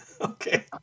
Okay